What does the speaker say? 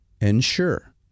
ensure